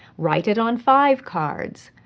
write it on five cards.